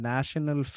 National